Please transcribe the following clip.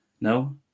no